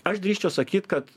aš drįsčiau sakyt kad